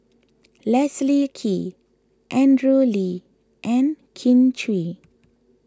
Leslie Kee Andrew Lee and Kin Chui